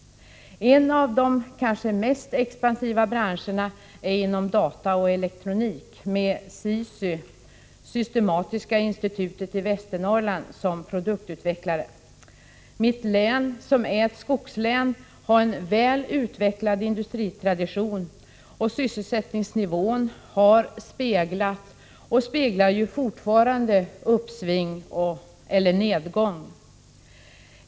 En av de kanske mest expansiva branscherna är data och elektronik, med SISY, Systematiska Institutet i Västernorrland, som produktutvecklare. Mitt hemlän, som är ett skogslän, har en väl utvecklad industritradition, och sysselsättningsnivån har speglat och speglar fortfarande uppsving eller nedgång.